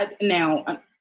Now